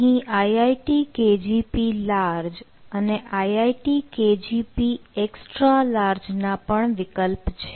અહીં IIT KGP large અને IIT KGP extra large ના પણ વિકલ્પ છે